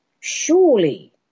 surely